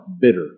bitter